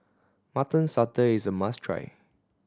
Mutton Satay is a must try